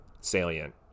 salient